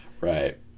right